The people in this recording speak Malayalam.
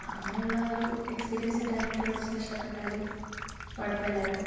അങ്ങനെയുള്ള ഒരു എക്സ്പീരിയൻസ് കിട്ടാനായിട്ട് കുറച്ച് കഷ്ടപ്പെട്ടാലും കുഴപ്പമില്ലായിരുന്നു